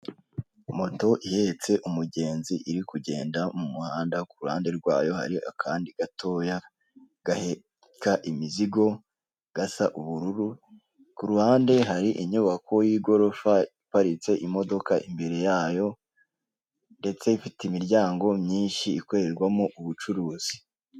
Moto ihetse umugenzi iri kugenda mumuhanda kuruhande rwayo hari akandi gatoya, gaheka imizigo gasa ubururu ,kuruhande hari inyubako y'igorofa iparitse imodoka imbere yayo ndetse ifite imiryango myinshi ikorerwamo ubucuruzi.